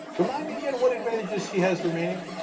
remind me again what advantages she has remaining?